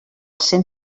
cent